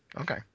Okay